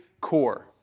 core